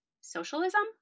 Socialism